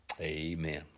Amen